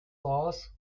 loss